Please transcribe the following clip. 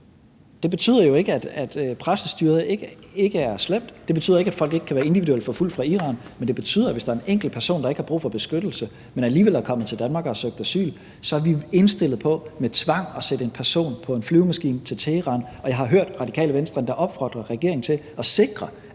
Det betyder jo ikke, at præstestyret ikke er slemt. Det betyder ikke, at folk fra Iran ikke kan være individuelt forfulgt, men det betyder, at hvis der er en enkelt person, der ikke har brug for beskyttelse, men alligevel er kommet til Danmark og har søgt asyl, så er vi indstillede på med tvang at sætte en person på en flyvemaskine til Teheran, og jeg har endda hørt Radikale Venstre opfordre regeringen til at sikre,